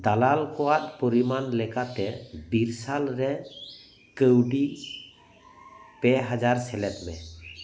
ᱫᱟᱞᱟᱞ ᱠᱚᱣᱟᱜ ᱯᱚᱨᱤᱢᱟᱱ ᱞᱮᱠᱟᱛᱮ ᱵᱤᱨᱥᱟᱞ ᱨᱮ ᱠᱟᱣᱰᱤ ᱯᱮ ᱦᱟᱡᱟᱨ ᱥᱮᱞᱮᱫᱽ ᱢᱮ